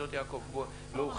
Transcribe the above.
אשדות יעקב מאוחד,